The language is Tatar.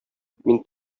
мин